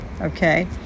okay